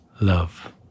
love